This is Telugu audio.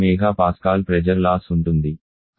01 MPa ప్రెజర్ లాస్ ఉంటుంది